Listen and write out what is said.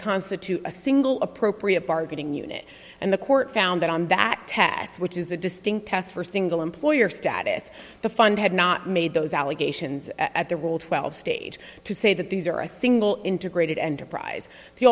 constitute a single appropriate bargaining unit and the court found that on that test which is a distinct test for single employer status the fund had not made those allegations at the world twelve stage to say that these are a single integrated enterprise